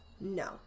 No